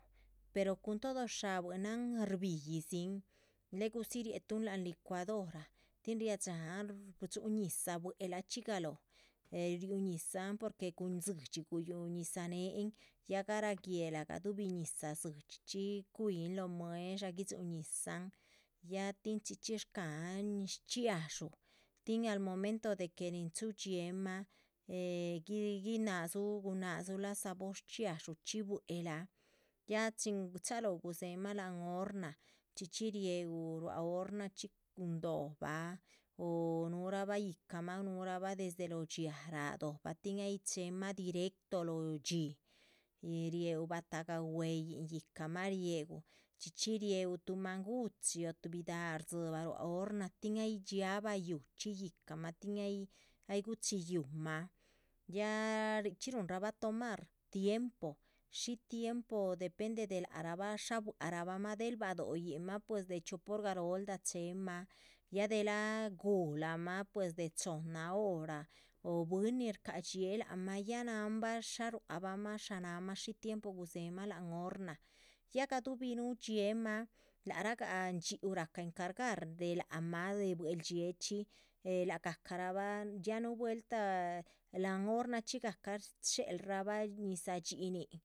Pero cun todo shabuihinmah rbiyihdzin, luegu dzi rietuhun láhan licuadora, tin ria dáhan shdxuhun ñizah buehlachxi galóhom eh riu ñizahn porque cuhun dzídxi. riú ñizah néhen, ya garah guéhla, gaduhubi ñizah dzídxichxi, cuihin loh muedsha guidxihun ñizahn ya tin chxí chxí shcahan shchxiadxú tin al momento de que nin chúhu. dxiéehmah eh guinadzu gunadzulah sabor shchxiadxúchxi, buehla ya chin chalóho gudzéhemah láhan horna, chxí chxí rieuh ruá hornachxi cun do´bah o nuhurabah yíhcamah. núhurabah desde lóho dxiáa, ráh do´bah tin ay chéhema directo lóho dxí, eh rieúh batahga weyihn, yíhcamah riéuh, chxí chxí rieuh tuh manguchi o tuhbi dáha rdzibha ruá. horna tin ay dixabha yúuchxi yíhcamah tin ay guchi ýuhumah ya nichxí ruhunrabah tomar tiempo, shi tiempo depende de lac ra bah, shá buac rabah mah, del badohoyinmah. pues de chiopa hor garooldah chehemah, ya delha guhulamah de pues de chohonna hora bwín shcadxíee lac mah ya nahanbah shá ruac bahmah sha nahamah shí tiempo gudzéhemah+. láhan horna, ga gadubihi núhu dxieemah lac rah gah ndxíuh rahca encargar de lac mah de buehldxiée chxi, eh lagah carabah ya núhu vueltah láhan horna chxí gahcah shéhelra bah. ñizah dxinin